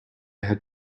had